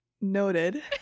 Noted